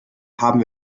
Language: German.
haben